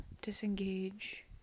disengage